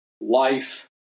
life